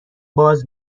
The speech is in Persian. باز